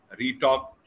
retalk